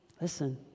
listen